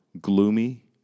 Gloomy